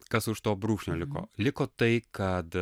kas už to brūkšnio liko liko tai kad